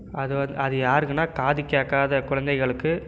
அது வந்து அது யாருக்குனால் காது கேட்காத குழந்தைகளுக்கு